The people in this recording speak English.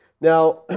Now